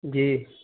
جی